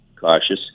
cautious